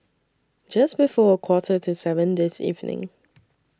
Just before A Quarter to seven This evening